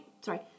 sorry